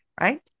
right